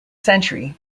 century